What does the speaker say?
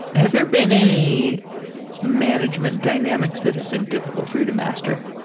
had there been any management dynamics that have been difficult for you to master?